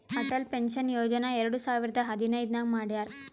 Atal pension ಯೋಜನಾ ಎರಡು ಸಾವಿರದ ಹದಿನೈದ್ ನಾಗ್ ಮಾಡ್ಯಾರ್